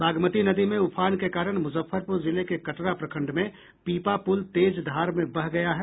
बागमती नदी में उफान के कारण मुजफ्फरपुर जिले के कटरा प्रखंड में पीपा पुल तेज धार में बह गया है